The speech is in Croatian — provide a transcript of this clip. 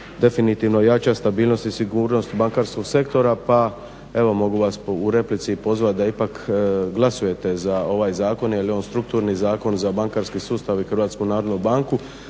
definitivno jača stabilnost i sigurnost bankarskog sektora, pa evo mogu vas u replici pozvati da ipak glasujete za ovaj zakon jel je on strukturni zakon za bankarski sustav i HNB, a neovisno